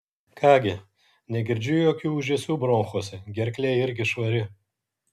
ką gi negirdžiu jokių ūžesių bronchuose gerklė irgi švari